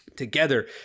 Together